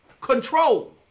control